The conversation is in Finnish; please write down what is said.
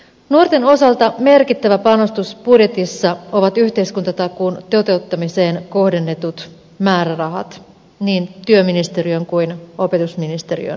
nuorten osalta merkittävä panostus budjetissa ovat yhteiskuntatakuun toteuttamiseen kohdennetut määrärahat niin työministeriön kuin opetusministeriön budjeteissa